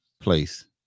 place